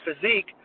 physique